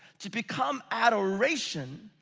to become adoration,